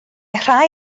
rhai